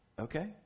okay